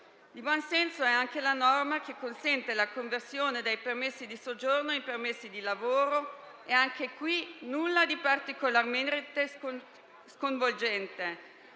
Di buon senso è anche la norma che consente la conversione dei permessi di soggiorno in permessi di lavoro e anche qui nulla di particolarmente sconvolgente: